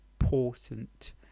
important